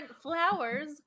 flowers